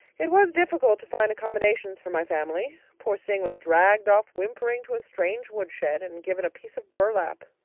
it was difficult to find accommodations for my family. poor sing was dragged off whimpering to a strange woodshed, and given a piece of burlap.